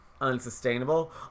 unsustainable